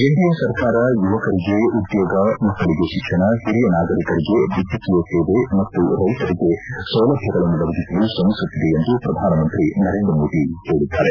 NDA ಸರ್ಕಾರ ಯುವಕರಿಗೆ ಉದ್ಲೋಗ ಮಕ್ಕಳಿಗೆ ಶಿಕ್ಷಣ ಹಿರಿಯ ನಾಗರಿಕರಿಗೆ ವ್ಯೆದ್ಲಕೀಯ ಸೇವೆ ಮತ್ತು ರೈತರಿಗೆ ಸೌಲಭ್ಯಗಳನ್ನು ಒದಗಿಸಲು ಶ್ರಮಿಸುತ್ತಿದೆ ಎಂದು ಪ್ರಧಾನಮಂತ್ರಿ ನರೇಂದ್ರ ಮೋದಿ ಹೇಳದ್ದಾರೆ